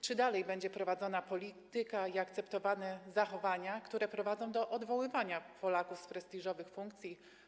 Czy też dalej będzie prowadzona polityka i akceptowane zachowania, które prowadzą do odwoływania Polaków z prestiżowych funkcji?